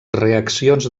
reaccions